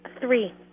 Three